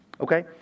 Okay